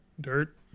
Dirt